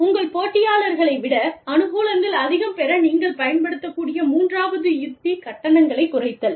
உங்கள் போட்டியாளர்களை விட அனுகூலங்கள் அதிகம் பெற நீங்கள் பயன்படுத்தக்கூடிய மூன்றாவது உத்தி கட்டணங்களை குறைத்தல்